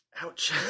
Ouch